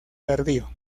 tardío